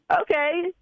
Okay